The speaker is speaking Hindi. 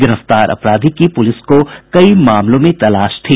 गिरफ्तार अपराधी की पुलिस को कई मामलों में तलाश थी